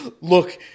look